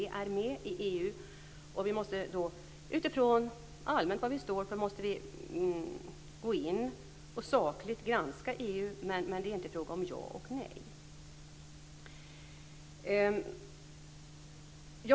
Vi är med i EU, och vi måste utifrån vad vi allmänt står för sakligt granska EU, men det är inte fråga om ja eller nej.